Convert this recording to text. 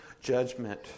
judgment